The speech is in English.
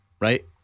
Right